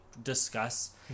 Discuss